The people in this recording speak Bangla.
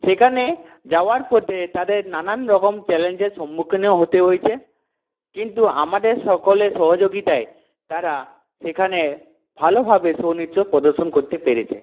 সেখানে যাওয়ার পথে তাঁদের নানান রকম চ্যালেঞ্জের সম্মুখীনও হতে হয়েছে কিন্তু আমাদের সকলের সহযোগিতায় তারা সেখানে ভালোভাবে ছৌ নৃত্য প্রদর্শন করতে পেরেছে